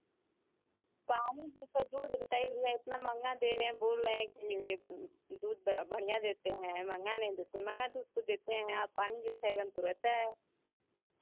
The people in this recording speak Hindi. पानी जैसा दूध रहता है इसलिए इतना महँगा दे रहे हैं बोल रहे हैं कि दूध बढ़ियाँ देते हैं महंगा नहीं देते महंगा दूध तो देते हैं आप पानी जैसा एकदम तो रहता है